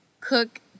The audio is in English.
cook